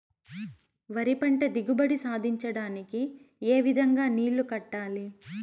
వరి పంట దిగుబడి సాధించడానికి, ఏ విధంగా నీళ్లు కట్టాలి?